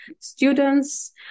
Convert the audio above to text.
students